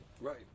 Right